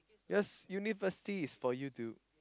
cause university is for you to